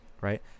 right